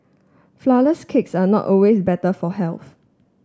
flourless cakes are not always better for health